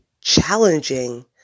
challenging